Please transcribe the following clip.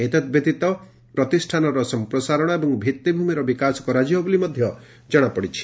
ଏତଦ୍ବ୍ୟତୀତ ପ୍ରତିଷ୍ଷାନର ସଂପ୍ରସାରଣ ଏବଂ ଭିତ୍ତିଭ୍ରମିର ବିକାଶ କରାଯିବ ବୋଲି ମଧ୍ଧ ଜଣାପଡ଼ିଛି